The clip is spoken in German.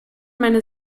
meine